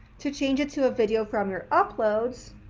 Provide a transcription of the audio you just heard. to change it to a video from your uploads,